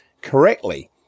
correctly